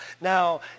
Now